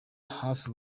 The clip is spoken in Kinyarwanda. hafi